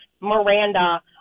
Miranda